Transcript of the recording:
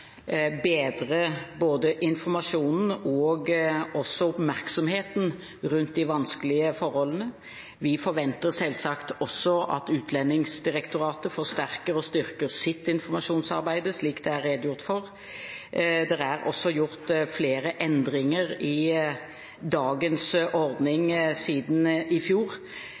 bedre både informasjonen og oppmerksomheten rundt de vanskelige forholdene. Vi forventer selvsagt også at Utlendingsdirektoratet forsterker og styrker sitt informasjonsarbeid, slik det er redegjort for. Det er også gjort flere endringer i dagens ordning siden i fjor.